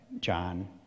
John